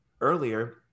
earlier